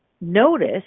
notice